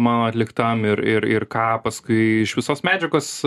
mano atliktam ir ir ir ką paskui iš visos medžiagos